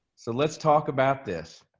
so let's talk about this.